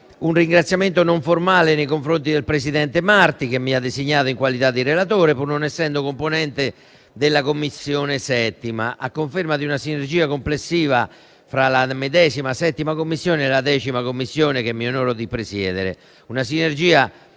un ringraziamento non formale nei confronti del presidente Marti, che mi ha designato in qualità di relatore, pur non essendo componente della 7a Commissione, a conferma di una sinergia complessiva fra la medesima 7a Commissione e la 10a Commissione, che mi onoro di presiedere;